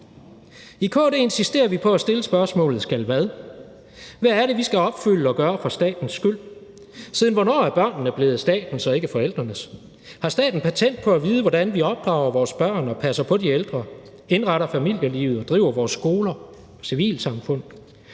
I KD insisterer vi på at stille spørgsmålet: Skal hvad? Hvad er det, vi skal opfylde og gøre for statens skyld? Siden hvornår er børnene blevet statens og ikke forældrenes? Har staten patent på at vide, hvordan vi opdrager vores børn og passer på de ældre, indretter familielivet og driver vores skoler og civilsamfund?